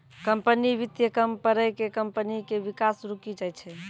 company वित्त कम पड़ै से कम्पनी के विकास रुकी जाय छै